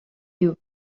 you